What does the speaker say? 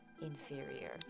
inferior